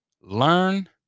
learn